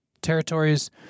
territories